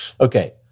Okay